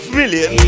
million